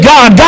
God